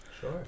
Sure